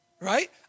right